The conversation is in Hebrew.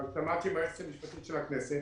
אבל שמעתי מהיועצת המשפטית של הכנסת